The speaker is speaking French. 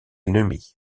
ennemie